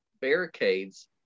barricades